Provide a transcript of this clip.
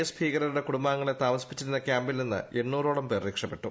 S ഭീകരരുടെ കുടുംബാംഗങ്ങളെ താമസിപ്പിച്ചിരുന്ന ക്യാമ്പിൽ നിന്ന് എണ്ണൂറോളം പേർ രക്ഷപ്പെട്ടു